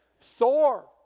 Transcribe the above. Thor